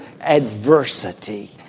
adversity